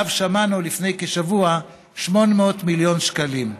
שעליו שמענו לפני כשבוע, 800 מיליון שקלים.